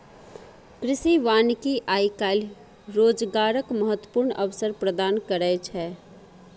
कृषि वानिकी आइ काल्हि रोजगारक महत्वपूर्ण अवसर प्रदान करै छै